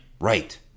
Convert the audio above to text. Right